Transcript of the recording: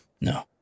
No